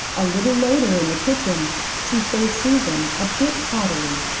a little later in the kitchen she faced susan a bit haughtily.